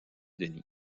denis